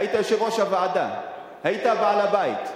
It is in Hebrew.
היית יושב-ראש הוועדה, היית בעל-הבית.